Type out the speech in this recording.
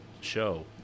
show